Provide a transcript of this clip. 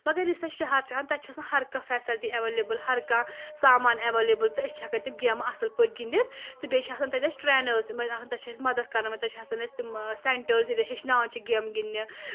مَگر یُس اَسہِ شہر چھُ آسان تَتہِ چھُ آسان ہر کانٛہہ فیسلٹی اٮ۪ولیبٕل ہر کانٛہہ سامان اٮ۪ولیبٕل تہٕ أسۍ چھِ ہٮ۪کان تِم گیمہٕ اصٕل پٲٹھۍ گنٛدِتھ تہٕ بیٚیہِ چھِ آسان تَتہِ اَسہِ ٹرینٲرٕس تِم ٲسۍ آسان تتہِ چھِ اسہِ مدد کَرن وٲلۍ تَتہِ چھِ آسان اسہِ تِم سینٛٹٲرٕس ییٚتہِ ہٮ۪چھناوان چھِ گیمہٕ گنٛدنہِ